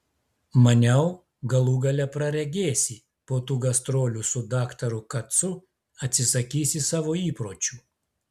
maniau galų gale praregėsi po tų gastrolių su daktaru kacu atsisakysi savo įpročių